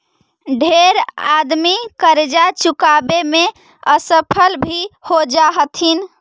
ढेर आदमी करजा चुकाबे में असफल भी हो जा हथिन